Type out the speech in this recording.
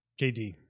KD